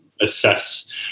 Assess